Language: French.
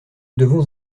devons